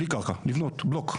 בלי קרקע, לבנות, בלוק.